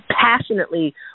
passionately